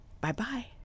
Bye-bye